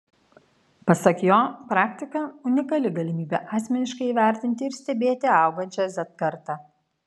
pasak jo praktika unikali galimybė asmeniškai įvertinti ir stebėti augančią z kartą